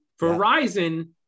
Verizon